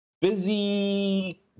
busy